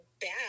bad